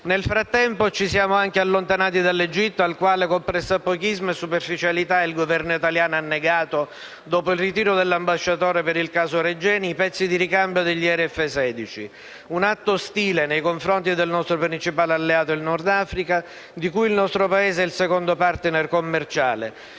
Nel frattempo, ci siamo anche allontanati dall'Egitto, al quale, con pressappochismo e superficialità, il Governo italiano ha negato, dopo il ritiro dell'ambasciatore per il caso Regeni, i pezzi di ricambio degli aerei F-16. Un atto ostile nei confronti del nostro principale alleato in Nord Africa, di cui il nostro Paese è il secondo *partner* commerciale.